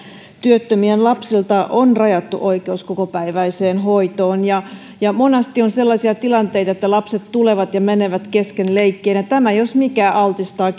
työttömien lapsilta on rajattu oikeus kokopäiväiseen hoitoon monasti on sellaisia tilanteita että lapset tulevat ja menevät kesken leikkien ja tämä jos mikä altistaa